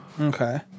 Okay